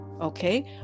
Okay